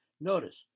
Notice